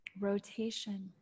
rotation